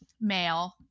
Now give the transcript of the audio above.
male